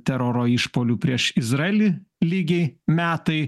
teroro išpuolių prieš izraelį lygiai metai